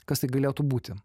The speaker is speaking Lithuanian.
kas tai galėtų būti